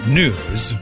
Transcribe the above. news